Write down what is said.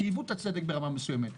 עיוות הצדק במידה מסוימת.